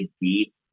deep